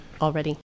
already